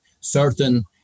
certain